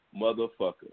motherfucker